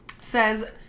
says